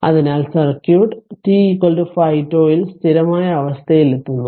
അതിനാൽ circuit t 5 τ ൽ സ്ഥിരമായ അവസ്ഥയിലെത്തുന്നു